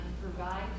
provide